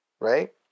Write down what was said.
right